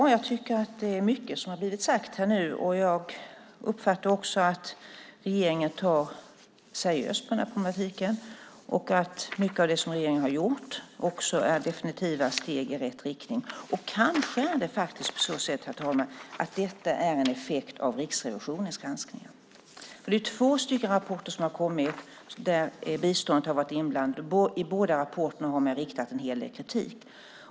Herr talman! Det är mycket som har blivit sagt här nu. Jag uppfattar att regeringen tar seriöst på den här problematiken. Mycket av det som regeringen har gjort är också definitiva steg i rätt riktning. Kanske är detta en effekt av Riksrevisionens granskningar. Det har ju kommit två rapporter där biståndet har varit inblandat, och i båda rapporterna har man riktat en hel del kritik.